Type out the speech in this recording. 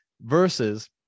Versus